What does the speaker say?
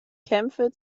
kämpfe